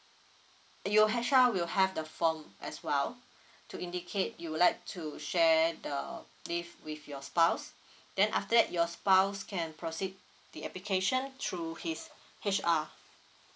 your H_R will have the form as well to indicate you would like to share the leave with your spouse then after that your spouse can proceed the application through his H_R